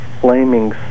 flaming